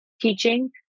teaching